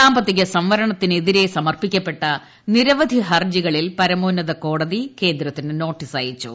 സാമ്പത്തിക സംവരണത്തിനെതിരെ സമർപ്പിക്കപ്പെട്ട നിരവധി ഹർജികളിൽ പരമോന്നത കോടതി കേന്ദ്രത്തിന് നോട്ടീസയച്ചു